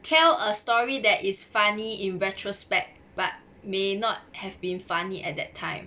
tell a story that is funny in retrospect but may not have been funny at that time